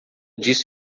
disso